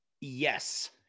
Yes